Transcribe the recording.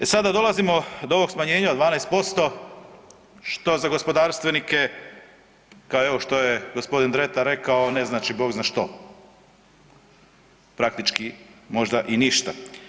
E sada dolazimo do ovog smanjenja od 12%, što za gospodarstvenike, kao evo što je g. Dretar rekao, ne znači Bog zna što, praktički možda i ništa.